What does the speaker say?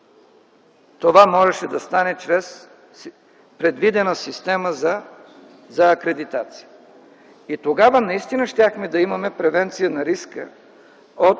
Това можеше да стане чрез предвидена система за акредитация. Тогава наистина щяхме да имаме превенция на риска от